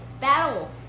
battle